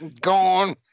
Gone